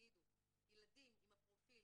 תגידו שילדים עם הפרופיל